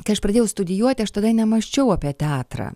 kai aš pradėjau studijuoti aš tada nemąsčiau apie teatrą